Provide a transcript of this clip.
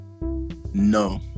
No